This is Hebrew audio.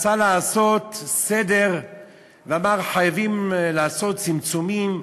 רצה לעשות סדר ואמר שחייבים לעשות צמצומים,